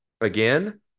again